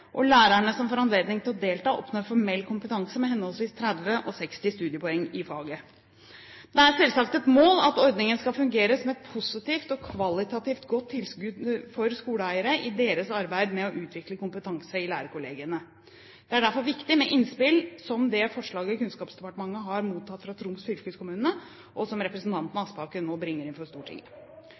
og lærerne som får anledning til å delta, oppnår formell kompetanse, med henholdsvis 30 og 60 studiepoeng i faget. Det er selvsagt et mål at ordningen skal fungere som et positivt og kvalitativt godt tilskudd for skoleeiere i deres arbeid med å utvikle kompetanse i lærerkollegiene. Det er derfor viktig med innspill som det forslaget Kunnskapsdepartementet har mottatt fra Troms fylkeskommune, og som representanten Aspaker nå bringer inn for Stortinget.